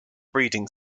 breeding